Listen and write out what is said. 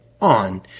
on